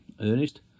Ernest